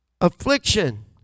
affliction